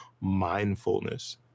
mindfulness